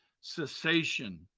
cessation